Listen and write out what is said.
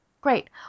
Great